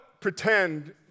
pretend